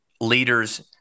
leaders